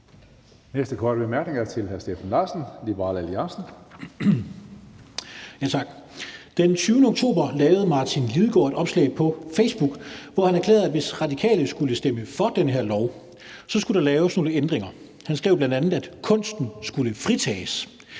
næste korte bemærkning er til hr. Steffen Larsen, Liberal Alliance. Kl. 20:23 Steffen Larsen (LA): Tak. Den 20. oktober lavede Martin Lidegaard et opslag på Facebook, hvor han erklærede, at hvis Radikale skulle stemme for den her lov, skulle der laves nogle ændringer. Han skrev bl.a., at kunsten skulle fritages